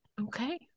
Okay